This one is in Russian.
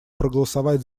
проголосовать